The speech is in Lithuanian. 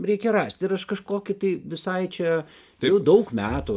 reikia rasti ir aš kažkokį tai visai čia tai jau daug metų